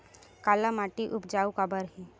काला माटी उपजाऊ काबर हे?